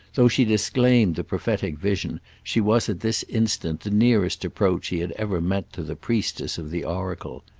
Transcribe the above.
though she disclaimed the prophetic vision she was at this instant the nearest approach he had ever met to the priestess of the oracle.